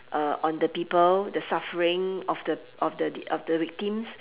uh on the people the suffering of the of the of the victims